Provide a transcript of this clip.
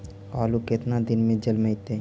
आलू केतना दिन में जलमतइ?